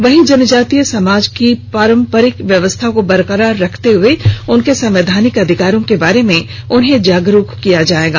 वहीं जनजातियों समाज की पारंपरिक व्यवस्था को बरकरार रखते हुए उनके संवैधानिक अधिकारों के बारे में उन्हें जागरूक किया जायेगा